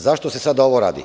Zašto se sada ovo radi?